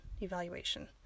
evaluation